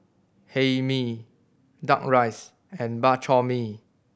Hae Mee Duck Rice and Bak Chor Mee